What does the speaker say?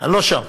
אני לא שם.